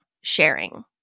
sharing